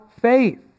faith